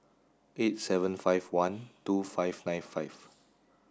eight seven five one two five nine five